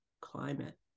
climate